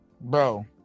bro